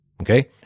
Okay